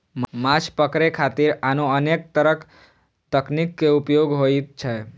माछ पकड़े खातिर आनो अनेक तरक तकनीक के उपयोग होइ छै